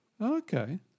Okay